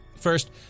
First